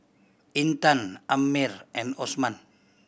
Intan Ammir and Osman